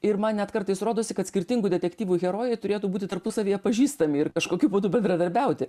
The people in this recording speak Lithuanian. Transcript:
ir man net kartais rodosi kad skirtingų detektyvų herojai turėtų būti tarpusavyje pažįstami ir kažkokiu būdu bendradarbiauti